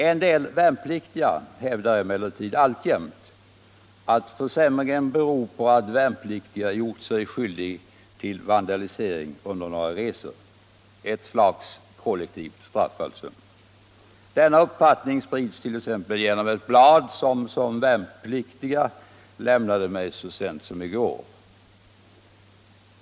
En del värnpliktiga hävdar emellertid alltjämt att försämringen beror på att värnpliktiga gjort sig skyldiga till vandalisering under några resor — ett slags kollektivt straff. Denna uppfattning sprids t.ex. genom ett blad som några värnpliktiga lämnade mig så sent som i går.